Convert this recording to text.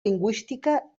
lingüística